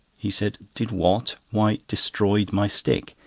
he said did what? why, destroyed my stick!